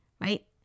right